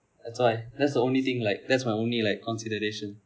that's why that's the only thing like that's my only like consideration